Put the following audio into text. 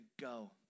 go